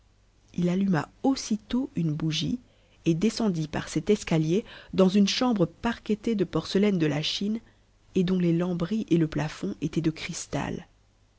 il alluma aussitôt une bougie et descendit par cet escalier dans une chambre parquetée de porcelaines de la chine et dont les lambris et le plafond étaient de cristal